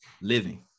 living